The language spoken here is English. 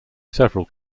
several